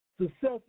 success